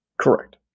Correct